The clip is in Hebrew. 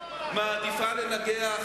מעדיפה לנגח,